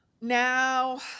Now